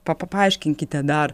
pa paaiškinkite dar